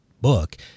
book